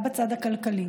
מה בצד הכלכלי?